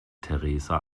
theresa